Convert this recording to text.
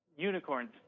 unicorns